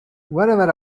whenever